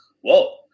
whoa